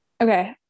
Okay